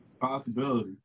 Possibility